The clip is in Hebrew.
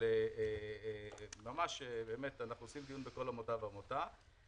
אנחנו מקיימים דיון בכל עמותה ועמותה.